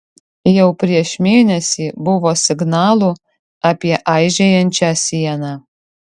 jau prieš mėnesį buvo signalų apie aižėjančią sieną